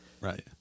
right